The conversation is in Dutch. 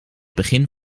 begin